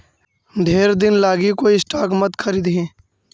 ढेर दिन लागी कोई स्टॉक मत खारीदिहें